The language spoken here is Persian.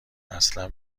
اصلا